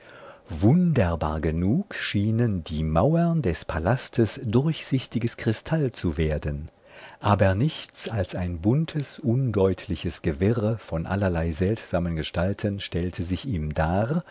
wunderbar genug schienen die mauern des palastes durchsichtiges kristall zu werden aber nichts als ein buntes undeutliches gewirre von allerlei seltsamen gestalten stellte sich ihm dar